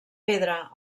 pedra